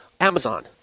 Amazon